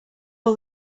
all